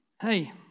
hey